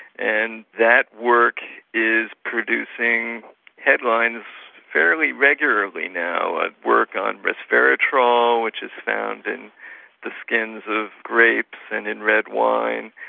and that work is producing headlines fairly regularly now, and work on respitrol which is found in the skins of grapes and in red wine,